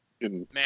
man